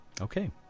Okay